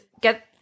get